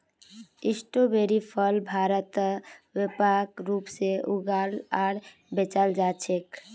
स्ट्रोबेरीर फल भारतत व्यापक रूप से उगाल आर बेचाल जा छेक